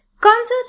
Concerts